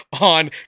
on